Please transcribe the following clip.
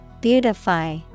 Beautify